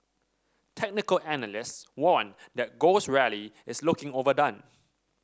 technical analysts warned that gold's rally is looking overdone